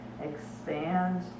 Expand